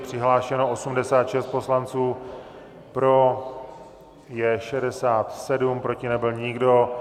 Přihlášeno 86 poslanců, pro je 67, proti nebyl nikdo.